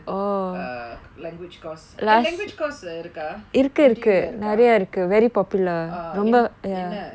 a language course eh language course இருக்கா:irukaa N_T_U இருக்கா:irukaa ah என்ன என்ன:enna enna